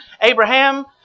Abraham